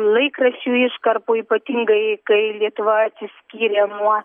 laikraščių iškarpų ypatingai kai lietuva atsiskyrė nuo